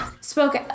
spoke